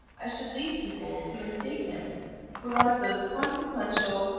i should lead people to mistake him for one of those consequential,